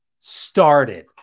started